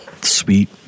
Sweet